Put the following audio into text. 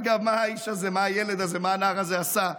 אגב, מה האיש הזה, מה הילד הזה, מה הנער הזה עשה?